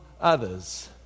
others